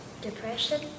depression